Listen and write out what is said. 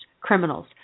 criminals